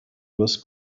was